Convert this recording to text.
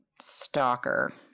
stalker